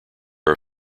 are